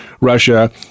Russia